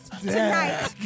tonight